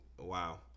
wow